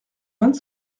vingt